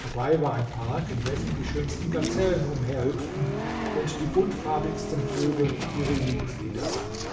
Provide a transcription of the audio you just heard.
dabei war ein park in welchem die schönsten gazellen umherhüpften und die buntfarbigsten vögel ihre liebeslieder sangen